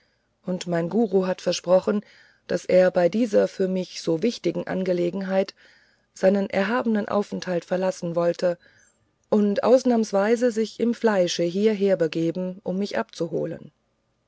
und mein guru hatte mir versprochen daß er bei dieser für mich so wichtigen angelegenheit seinen erhabenen aufenthalt verlassen wollte und ausnahmsweise sich im fleische hierher begeben um mich abzuholen